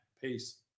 Peace